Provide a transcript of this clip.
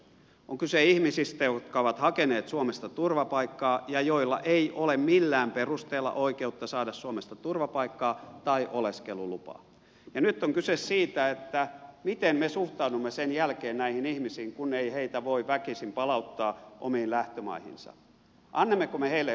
on kyse ihmisistä jotka ovat hakeneet suomesta turvapaikkaa ja joilla ei ole millään perusteella oikeutta saada suomesta turvapaikkaa tai oleskelulupaa ja nyt on kyse siitä miten me suhtaudumme sen jälkeen näihin ihmisiin kun ei heitä voi väkisin palauttaa omiin lähtömaihinsa annammeko me heille oleskeluluvan suomeen